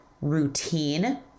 routine